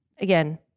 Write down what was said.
again